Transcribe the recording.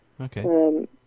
okay